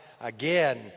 Again